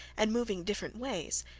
and moving different ways,